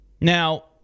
Now